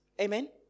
Amen